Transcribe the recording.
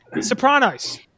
Sopranos